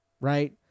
right